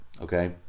Okay